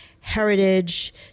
heritage